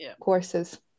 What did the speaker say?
courses